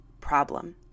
problem